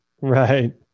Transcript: Right